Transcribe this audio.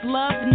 love